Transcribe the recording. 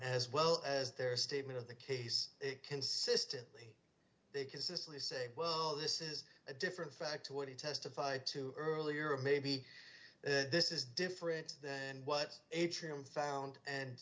as well as their statement of the case consistently they consistently say well this is a different fact to what he testified to earlier maybe this is different than what atrium found and